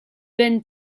vaines